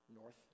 north